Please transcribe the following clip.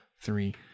three